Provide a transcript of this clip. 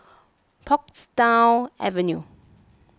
Portsdown Avenue